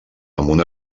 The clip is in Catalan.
amb